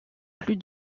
plus